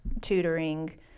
tutoring